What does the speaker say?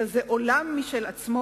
אלא הוא עולם משל עצמו,